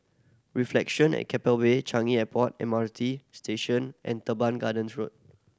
Reflection at Keppel Bay Changi Airport M R T Station and Teban Gardens Road